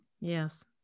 yes